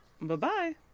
Bye-bye